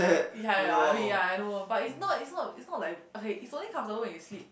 ya ya ya I mean ya I know but it's not it's not it's not like okay it's only comfortable if you sleep